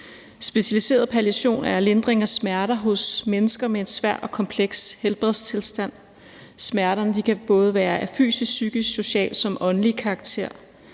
Specialiseret palliation er lindring af smerter hos mennesker med en svær og kompleks helbredstilstand. Smerterne kan både være af fysisk, psykisk, social som åndelig karakter,